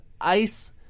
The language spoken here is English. ice